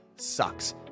sucks